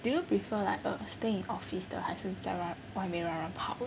do you prefer like err stay in office 的还是在外面乱乱跑